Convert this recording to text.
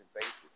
basis